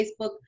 Facebook